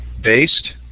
based